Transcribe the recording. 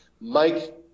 Mike